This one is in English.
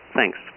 Thanks